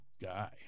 guy